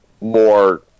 more